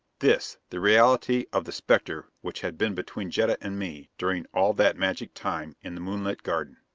this, the reality of the specter which had been between jetta and me during all that magic time in the moonlit garden!